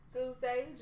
Tuesday